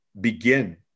begin